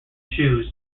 shoes